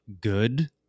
good